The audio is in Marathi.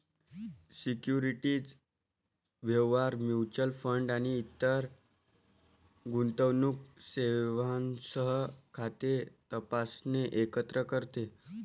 सिक्युरिटीज व्यवहार, म्युच्युअल फंड आणि इतर गुंतवणूक सेवांसह खाते तपासणे एकत्र करते